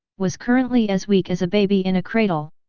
was currently as weak as a baby in a cradle.